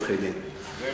עורך-דין.